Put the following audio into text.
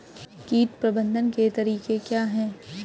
कीट प्रबंधन के तरीके क्या हैं?